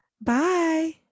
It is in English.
Bye